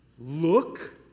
look